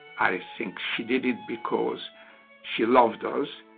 i think she did it because she loved us,